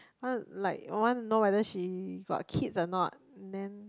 want like want know whether she got kids or not then